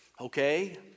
Okay